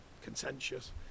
contentious